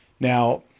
Now